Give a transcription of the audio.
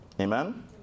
Amen